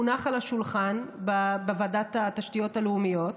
מונח על השולחן בוועדת התשתיות הלאומיות.